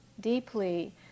deeply